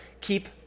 Keep